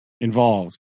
involved